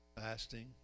Fasting